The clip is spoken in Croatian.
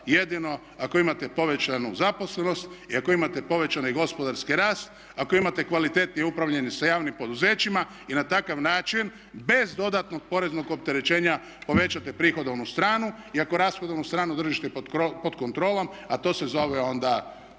jedino ako imate povećanu zaposlenost i ako imate povećan i gospodarski rast, ako imate kvalitetnije upravljanje sa javnim poduzećima i na takav način bez dodatnog poreznog opterećenja povećate prihodovnu stranu i ako rashodovnu stranu držite pod kontrolom a to se zove onda